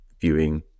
viewing